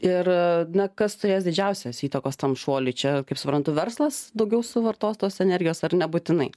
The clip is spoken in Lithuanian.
ir na kas turės didžiausios įtakos tam šuoliui čia kaip suprantu verslas daugiau suvartotos tos energijos ar nebūtinai